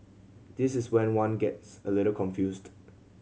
this is when one gets a little confused